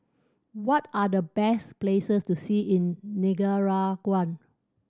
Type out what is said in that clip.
what are the best places to see in Nicaragua